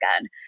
again